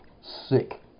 sick